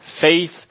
faith